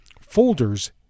folders